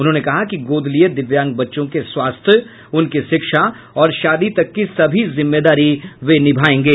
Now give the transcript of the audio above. उन्होंने कहा कि गोद लिये दिव्यांग बच्चों के स्वास्थ्य उनकी शिक्षा और शादी तक की सभी जिम्मेदारी वे निभायेंगे